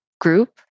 group